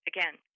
Again